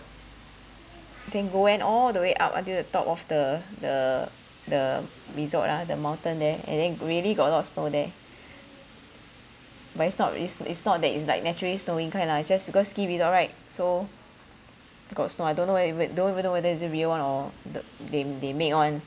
then go went all the way up until the top of the the the resort ah the mountain there and then really got a lot of snow there but it's not it's it's not that it's like naturally snowing kind lah it's just because ski resort right so got snow I don't know wh~ I don't even know whether is it real one or the they they make [one]